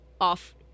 off